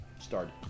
started